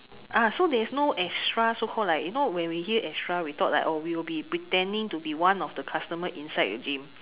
ah so there is no extra so called like you know when we hear extra we thought like oh we will be pretending to be one of the customer inside a gym